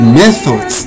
methods